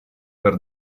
per